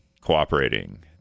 cooperating